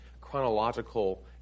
chronological